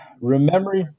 remember